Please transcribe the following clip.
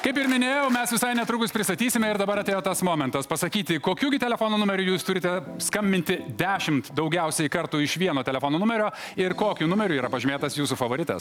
kaip ir minėjau mes visai netrukus pristatysime ir dabar atėjo tas momentas pasakyti kokių gi telefono numeriu jūs turite skambinti dešimt daugiausiai kartų iš vieno telefono numerio ir kokiu numeriu yra pažymėtas jūsų favoritas